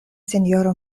sinjoro